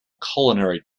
culinary